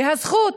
והזכות